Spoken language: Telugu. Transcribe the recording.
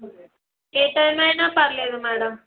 ఏ టైమ్ అయిన పర్లేదు మ్యాడమ్